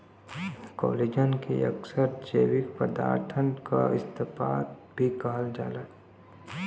collagen के अक्सर जैविक पदारथन क इस्पात भी कहल जाला